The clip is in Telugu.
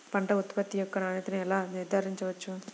పంట ఉత్పత్తి యొక్క నాణ్యతను ఎలా నిర్ధారించవచ్చు?